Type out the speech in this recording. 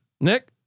Nick